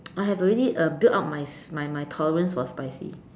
I have already uh built up my my my tolerance for spicy